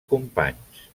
companys